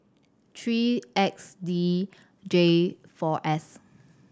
three X D J four S